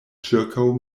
ĉirkaŭ